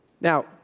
Now